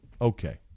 okay